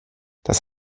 das